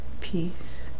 Peace